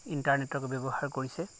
ইণ্টাৰনেটক ব্যৱহাৰ কৰিছে